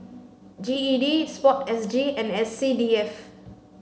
G E D sport S G and S C D F